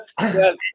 Yes